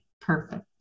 Perfect